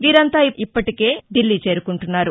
వీరంతా ఇప్పటికే దిల్లీ చేరుకుంటున్నారు